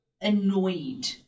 annoyed